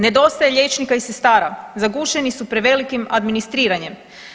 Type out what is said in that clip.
Nedostaje liječnika i sestara, zagušeni su prevelikim administriranjem.